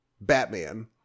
Batman